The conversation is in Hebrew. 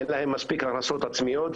אין להם מספיק הכנסות עצמיות,